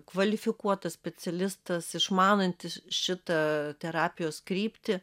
kvalifikuotas specialistas išmanantis šitą terapijos kryptį